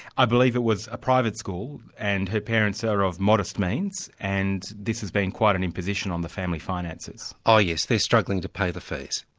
i believe it was a private school, and her parents are of modest means, and this has been quite an imposition on the family finances. oh yes, they're struggling to pay the fees.